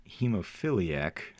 Hemophiliac